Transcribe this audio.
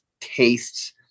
tastes